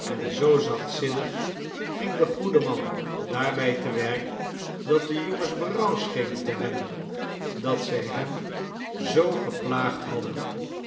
en zoo zachtzinnig ging de goede man daarbij te werk dat de jongens berouw schenen te hebben dat zij hem zoo geplaagd hadden